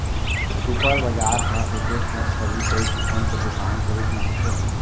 super बजार ह एके छत तरी कई किसम के दुकान के रूप म होथे